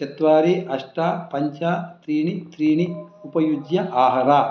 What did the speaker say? चत्वारि अष्ट पञ्च त्रीणि त्रीणि उपयुज्य आहर